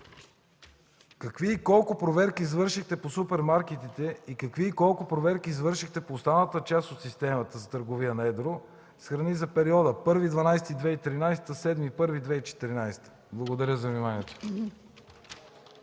Какви и колко проверки извършихте по супермаркетите и какви и колко проверки извършихте по останалата част от системата за търговия на едро с храни за периода 1 декември 2013 г. – 7 януари 2014 г.? Благодаря за вниманието.